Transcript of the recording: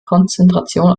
konzentration